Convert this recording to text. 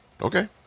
Okay